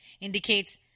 indicates